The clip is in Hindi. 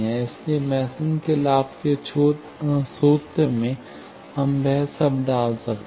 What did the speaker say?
इसलिए मेसन के लाभ के सूत्र में हम वह सब डाल सकते हैं